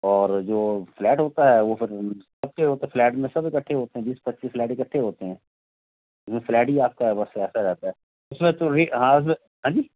और जो फ्लैट होता है वह फिर सबके होते हैं फ्लैट में सब इकठ्ठे होते हैं बीस पच्चीस फ्लैट इकठ्ठे होते हैं वह फ्लैट भी आपका है बस ऐसा रहता है उसमें तो रह हाँ उसमें तो हाँ जी